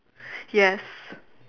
yes